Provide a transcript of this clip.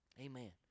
Amen